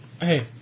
Hey